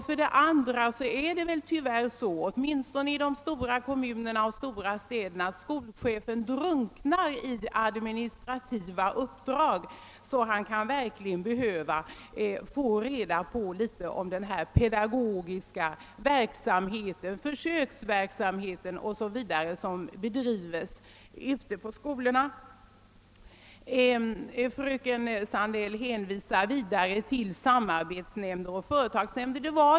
För det andra är det tyvärr så, åtminstone i de större kommunerna och städerna, att skolchefen drunknar i administrativa uppgifter, varför han verkligen behöver få veta något om den pedagogiska verksamheten, om den försöksverksamhet som bedrivs i skolorna, 0. s. v. Fröken Sandell hänvisar vidare till samarbetsnämnderna och företagsnämnderna.